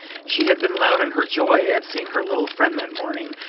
she had been loud in her joy at seeing her little friend that morning,